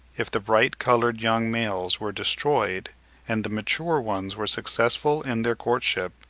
if the bright-coloured young males were destroyed and the mature ones were successful in their courtship,